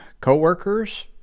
co-workers